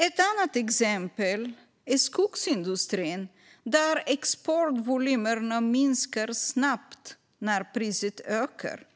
Ett annat exempel är skogsindustrin där exportvolymerna minskar snabbt när priset ökar,